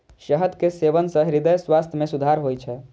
शहद के सेवन सं हृदय स्वास्थ्य मे सुधार होइ छै